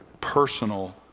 personal